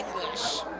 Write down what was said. English